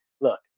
Look